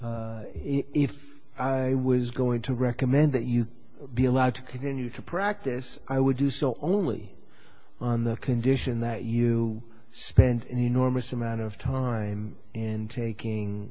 if if i was going to recommend that you be allowed to continue to practice i would do so only on the condition that you spend an enormous amount of time in taking